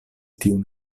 tiun